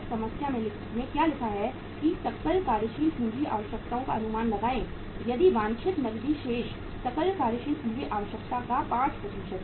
समस्या में क्या लिखा है कि सकल कार्यशील पूंजी आवश्यकताओं का अनुमान लगाएं यदि वांछित नकदी शेष सकल कार्यशील पूंजी आवश्यकता का 5 है